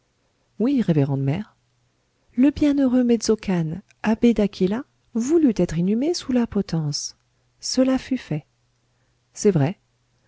oui révérende mère le bienheureux mezzocane abbé d'aquila voulut être inhumé sous la potence cela fut fait c'est vrai